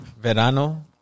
Verano